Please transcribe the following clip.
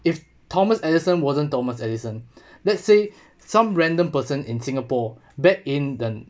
if thomas edison wasn't thomas edison let's say some random person in singapore back in the